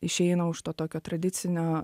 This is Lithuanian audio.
išeina už to tokio tradicinio